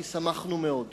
כי שמחנו מאוד,